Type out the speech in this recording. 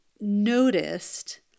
noticed